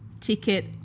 ticket